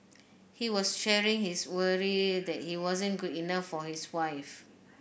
he was sharing his worry that he wasn't good enough for his wife